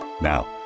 Now